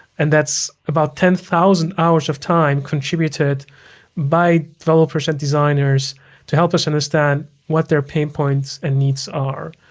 and that's about ten thousand hours of time contributed by developers and designers to help us understand what their pain points and needs are.